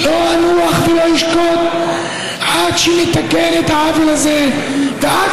לא אנוח ולא אשקוט עד שנתקן את העוול הזה ועד